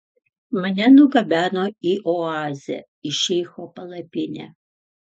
mane nugabeno į oazę į šeicho palapinę